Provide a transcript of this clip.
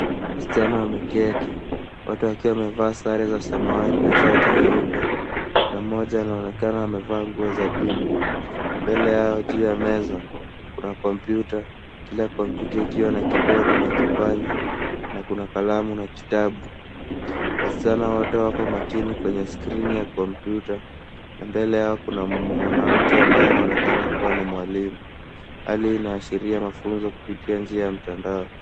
Wasichana wameketi wote wakiwa wamevaa sare za samawati na shati nyeupe, na mmoja anaonekana amevaa nguo za dini. Mbele yao juu ya meza kuna kompyuta, kila kompyuta ikiwa na kibodi na kipanya, na kuna kalamu na kitabu. Wasichana wate wako makini kwenye skrini ya kompyuta, na mbele yao kuna mwanamke ambaye anaonekana kuwa ni mwalimu. Hali hii inaashiria mafunzo kupitia njia ya mtandao.